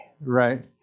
right